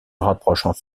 rapprochent